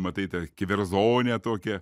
matai tą keverzonę tokią